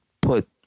put